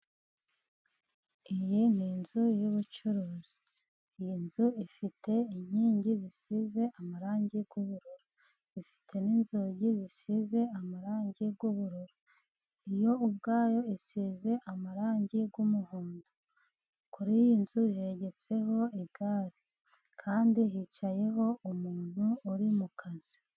Iyi ni inzu y'ubucuruzi. Iyi nzu ifite inkingi zisize amarangi y'ubururu. Ifite n'inzugi zisize amarangi y'ubururu. Iyo nzu ubwayo isize amarangi y'umuhondo. Kuri iy'inzu hegetseho igare, kandi hicayeho umuntu uri mu kazi.